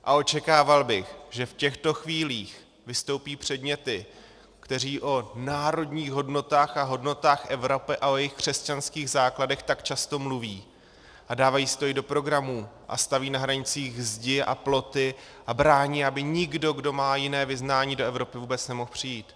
A očekával bych, že v těchto chvílích vystoupí předně ti, kteří o národních hodnotách, hodnotách Evropy a jejich křesťanských základech tak často mluví a dávají si to i do programů, staví na hranicích zdi a ploty a brání, aby nikdo, kdo má jiné vyznání, do Evropy vůbec nemohl přijít.